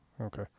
okay